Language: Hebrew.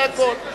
זה הכול.